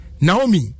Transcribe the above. Naomi